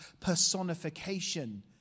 personification